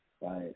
Right